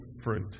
fruit